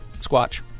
Squatch